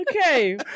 Okay